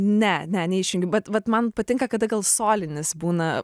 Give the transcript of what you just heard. ne ne neišjungiu bet vat man patinka kada gal solinis būna